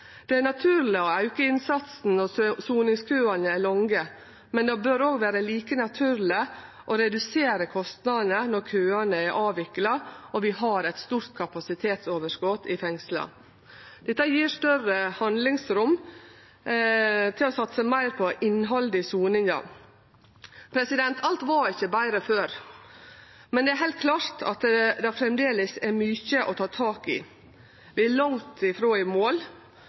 Det er naturleg å auke innsatsen når soningskøane er lange, men det bør også vere like naturleg å redusere kostnadene når køane er avvikla, og vi har eit stort kapasitetsoverskot i fengsla. Dette gjev større handlingsrom til å satse meir på innhaldet i soninga. Alt var ikkje betre før, men det er heilt klart at det framleis er mykje å ta tak i. Vi er langt frå i mål,